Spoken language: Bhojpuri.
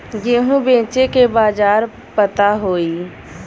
गेहूँ बेचे के बाजार पता होई?